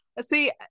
see